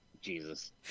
jesus